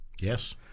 Yes